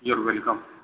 your welcome